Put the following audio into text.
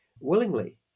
willingly